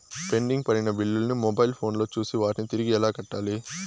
pending పడిన బిల్లులు ను మొబైల్ ఫోను లో చూసి వాటిని తిరిగి ఎలా కట్టాలి